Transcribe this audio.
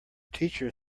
teacher